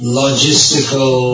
logistical